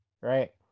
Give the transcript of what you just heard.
right